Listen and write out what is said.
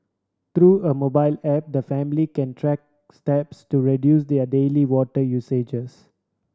through a mobile app the family can track steps to reduce their daily water usages